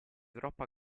troppa